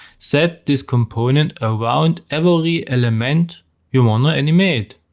set this component around every element you wanna animate.